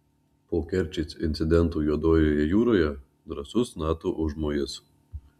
po kerčės incidento juodojoje jūroje drąsus nato užmojis